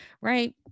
right